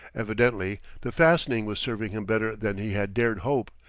evidently the fastening was serving him better than he had dared hope.